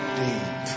deep